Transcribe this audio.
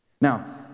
Now